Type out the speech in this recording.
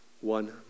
one